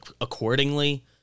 accordingly